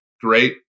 great